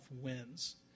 wins